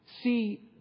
see